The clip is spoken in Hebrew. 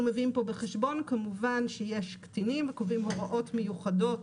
אנחנו מביאים פה בחשבון כמובן שיש קטינים וקובעים הוראות מיוחדות